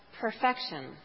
perfection